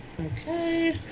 Okay